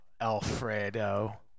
Alfredo